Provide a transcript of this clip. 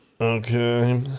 Okay